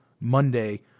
Monday